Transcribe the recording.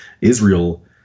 Israel